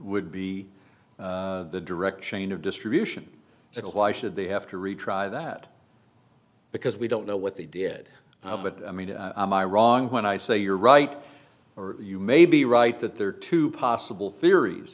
would be the direct chain of distribution so why should they have to retry that because we don't know what they did but i mean my wrong when i say you're right or you may be right that there are two possible theories